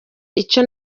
icyo